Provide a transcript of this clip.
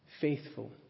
Faithful